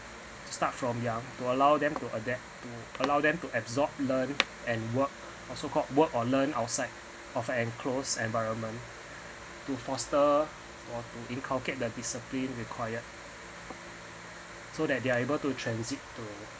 start from young to allow them to adapt to allow them to absorb learn and work also called work or learn outside of enclosed environment to foster or to inculcate the discipline required so that they are able to transit to